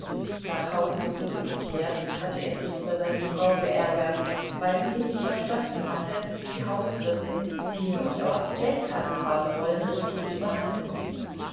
nach hause zurückgekehrt hatte er sich über seine frau geärgert weil sie nicht verstanden hatte die hauswirtin die durchaus geld hatte haben wollen richtig zu behandeln